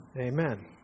Amen